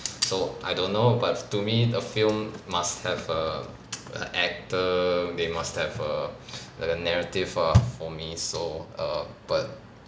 so I don't know but to me a film must have a a actor they must have a like a narrative ah for me so err but